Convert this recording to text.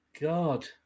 god